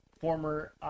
former